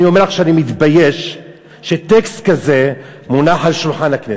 אני אומר לך שאני מתבייש שטקסט כזה מונח על שולחן הכנסת.